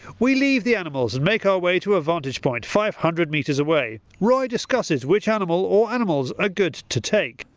we leave the animals and make our way to a vantage point five hundred metres away. roy discusses which animal or animals are good to take.